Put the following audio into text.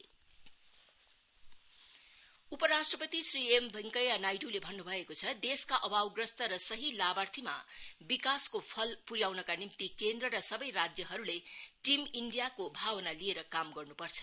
vice president उपराष्ट्रपति श्री एमभेंकैया नाइडुले भन्नु भएको छ देशका अभावग्रस्त र सही लाभार्थीमा विकासको फल पुर्याउनका निम्ति केन्द्र र सवै राज्यहरुले टीम इण्डियाको भावना लिएर काम गर्नु पर्छ